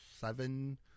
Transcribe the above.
seven